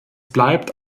bleibt